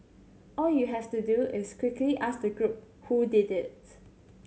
all you have to do is quickly ask the group who did it